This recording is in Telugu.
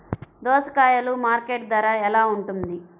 దోసకాయలు మార్కెట్ ధర ఎలా ఉంటుంది?